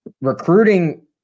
recruiting –